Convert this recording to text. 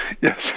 Yes